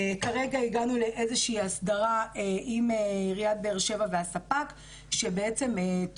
כרגע הגענו לאיזושהי הסדרה עם עיריית באר שבע והספק שתוקם